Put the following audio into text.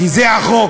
כי זה החוק.